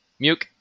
Muke